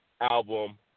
album